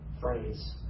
phrase